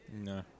No